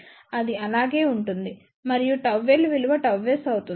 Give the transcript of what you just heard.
కాబట్టి అది అలాగే ఉంటుంది మరియు ΓL విలువ ΓS అవుతుంది